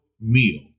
meal